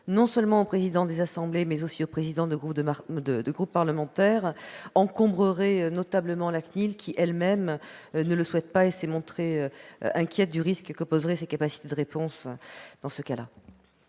non seulement aux présidents des assemblées, mais aussi aux présidents de groupes parlementaires. Cette mesure encombrerait notablement la CNIL, qui elle-même ne le souhaite pas et s'est montrée inquiète du risque que poseraient ses capacités de réponse dans ce cas-là.